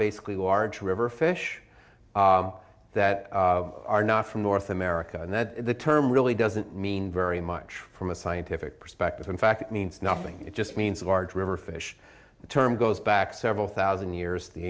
basically large river fish that are not from north america and that the term really doesn't mean very much from a scientific perspective in fact it means nothing it just means a large river fish the term goes back several thousand years the